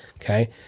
okay